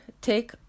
take